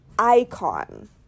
icon